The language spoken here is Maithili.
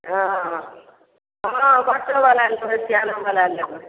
हँ हँ हँ बच्चोबला लेबै सिआनोबला लेबै